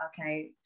okay